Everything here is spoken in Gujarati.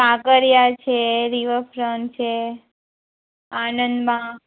કાંકરીયા છે રિવરફ્રન્ટ છે આનંદમાં